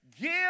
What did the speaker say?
give